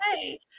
hey